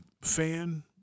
fan